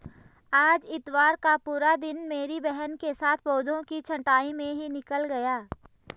आज इतवार का पूरा दिन मेरी बहन के साथ पौधों की छंटाई में ही निकल गया